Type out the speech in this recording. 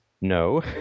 No